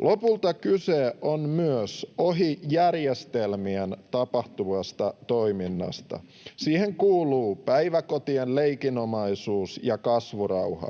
Lopulta kyse on myös ohi järjestelmien tapahtuvasta toiminnasta. Siihen kuuluvat päiväkotien leikinomaisuus ja kasvurauha.